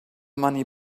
money